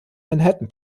manhattan